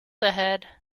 ahead